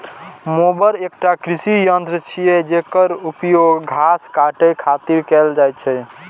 mower एकटा कृषि यंत्र छियै, जेकर उपयोग घास काटै खातिर कैल जाइ छै